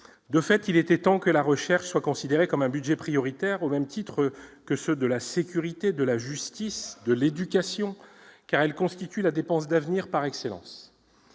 De fait, il était temps que la recherche soit considérée comme un budget prioritaire, au même titre que ceux de la sécurité, de la justice ou de l'éducation, car elle constitue la dépense d'avenir par excellence.